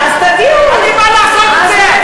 אני בעד לעשות את זה.